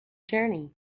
journey